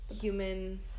human